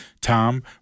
Tom